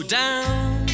down